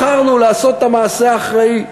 בחרנו לעשות את המעשה האחראי,